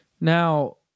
Now